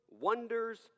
wonders